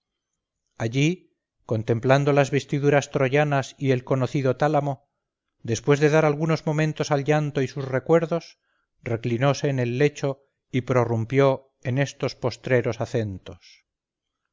allí contemplando las vestiduras troyanas y el conocido tálamo después de dar algunos momentos al llanto y sus recuerdos reclinose en el lecho y prorrumpió en estos postreros acentos